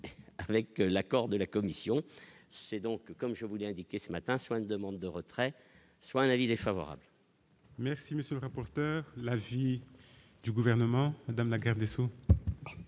avec l'accord de la Commission, c'est donc comme je vous l'ai indiqué ce matin sur une demande de retrait soit un avis défavorable. Merci, monsieur le rapporteur, l'avis du gouvernement, Madame la Garde des Sceaux.